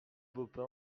baupin